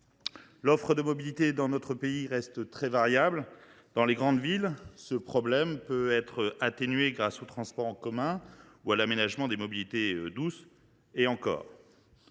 L’offre de mobilité dans notre pays reste très variable. Dans les grandes villes, le manque de mobilités peut être atténué grâce aux transports en commun ou à l’aménagement des mobilités douces – et encore